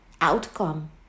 outcome